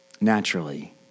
Naturally